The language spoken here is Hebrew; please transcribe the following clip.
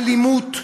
האלימות,